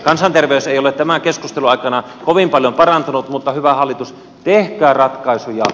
kansanterveys ei ole tämän keskustelun aikana kovin paljon parantunut mutta hyvä hallitus tehkää ratkaisuja